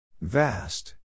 Vast